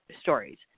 stories